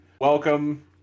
Welcome